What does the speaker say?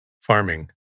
Farming